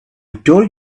told